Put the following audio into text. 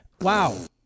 Wow